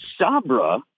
Sabra